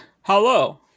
Hello